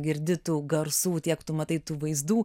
girdi tų garsų tiek tu matai tų vaizdų